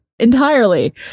Entirely